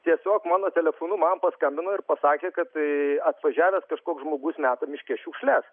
tiesiog mano telefonu man paskambino ir pasakė kad atvažiavęs kažkoks žmogus meta miške šiukšles